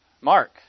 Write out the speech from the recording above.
Mark